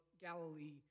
Galilee